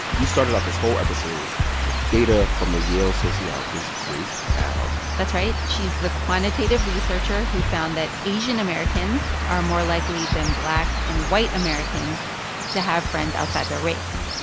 you started off this whole episode with data from the yale sociologist grace kao that's right. she's the quantitative researcher who found that asian americans are more likely than black and white americans to have friends outside their race.